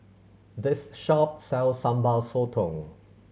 this shop sells Sambal Sotong